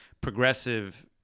progressive